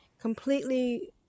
completely